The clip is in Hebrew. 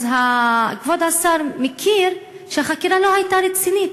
אז כבוד השר מכיר בכך שהחקירה לא הייתה רצינית,